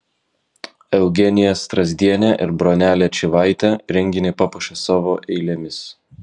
eugenija strazdienė ir bronelė čyvaitė renginį papuošė savo eilėmis